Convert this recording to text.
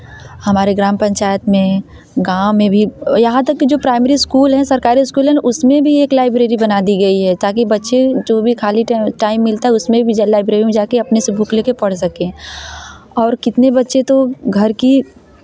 हमारे ग्राम पंचायत में गाँव में भी यहाँ तक जो प्राइमरी स्कूल हैं सरकारी स्कूल हैं उसमें भी एक लाइब्रेरी बना दी गई है ताकि बच्चे जो भी खाली टाइम मिलता है उसमें भी जल लाइब्रेरी में जाकर अपने से बुक लेकर पढ़ सकें और कितने बच्चे तो घर की